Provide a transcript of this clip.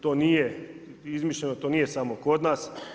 To nije izmišljeno, to nije samo kod nas.